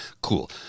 Cool